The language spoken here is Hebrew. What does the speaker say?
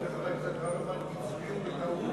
כהצעת הוועדה, נתקבל.